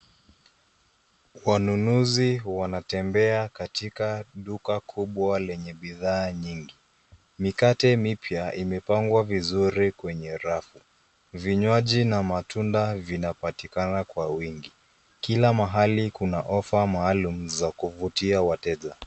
Wanunuzi wanatembea katika duka kubwa lenye bidhaa nyingi. Mikate mipya imepangwa vizuri kwenye rafu. Vinywaji na matunda vinapatikana kwa wingi. Kila mahali kuna Offer maalum za kuvutia wateja.